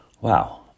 Wow